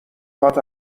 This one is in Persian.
خواد